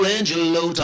Angelo